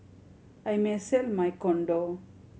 I may sell my condo